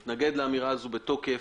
אני מתנגד לאמירה הזו בתוקף.